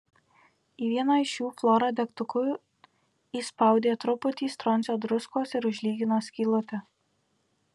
į vieną iš jų flora degtuku įspaudė truputį stroncio druskos ir užlygino skylutę